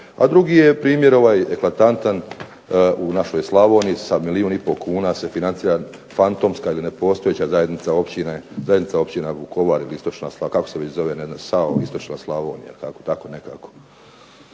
A drugi je primjer eklatantan u našoj Slavoniji sa milijun i pol kuna se financira fantomska ili nepostojeća zajednica općina Vukovar ili SAO istočna Slavonija